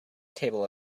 table